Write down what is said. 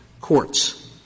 courts